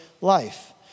life